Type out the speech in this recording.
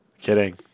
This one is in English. kidding